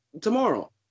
tomorrow